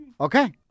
okay